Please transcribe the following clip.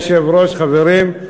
אדוני היושב-ראש, חברים,